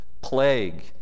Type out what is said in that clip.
plague